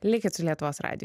likit su lietuvos radiju